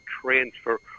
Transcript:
transfer